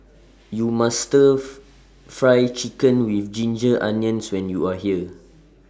YOU must Stir of Fry Chicken with Ginger Onions when YOU Are here